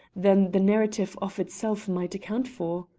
than the narrative of itself might account for.